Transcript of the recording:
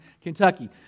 Kentucky